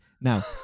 Now